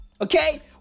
Okay